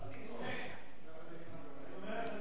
בכנסת, נקודה.